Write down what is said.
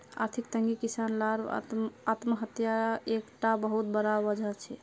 आर्थिक तंगी किसान लार आत्म्हात्यार एक टा बहुत बड़ा वजह छे